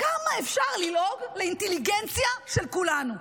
כמה אפשר ללעוג לאינטליגנציה של כולנו?